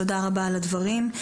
תודה רבה על הדברים.